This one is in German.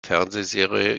fernsehserie